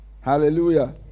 Hallelujah